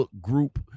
group